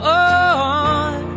on